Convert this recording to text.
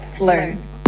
learned